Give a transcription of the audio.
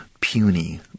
puny